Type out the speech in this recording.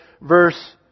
verse